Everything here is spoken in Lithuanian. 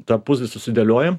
tą puzlį susidėlioji